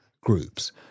groups